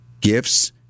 gifts